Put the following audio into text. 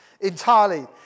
entirely